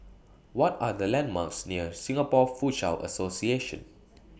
What Are The landmarks near Singapore Foochow Association